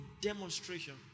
demonstration